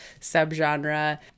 subgenre